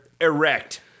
erect